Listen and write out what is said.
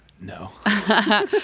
No